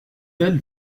elles